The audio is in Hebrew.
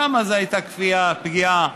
שם זאת הייתה כפייה, פגיעה.